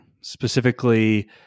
specifically